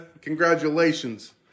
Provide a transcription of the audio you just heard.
Congratulations